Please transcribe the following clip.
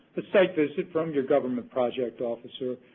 a site visit from your government project officer,